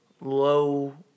low